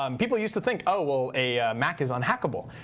um people used to think, oh, well, a mac is unhackable.